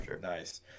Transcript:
Nice